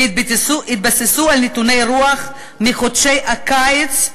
והתבססו על נתוני רוח מחודשי הקיץ,